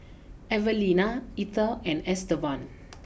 Evelina Ether and Estevan